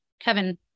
Kevin